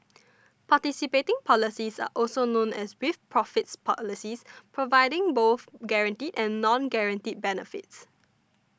participating policies are also known as with profits policies providing both guaranteed and non guaranteed benefits